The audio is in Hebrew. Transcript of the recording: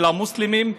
של המוסלמים,